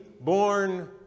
born